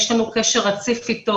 יש לנו קשר רציף איתו,